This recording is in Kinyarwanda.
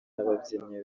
n’ababyinnyi